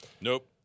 Nope